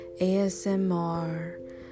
ASMR